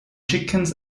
chickens